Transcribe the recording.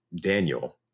Daniel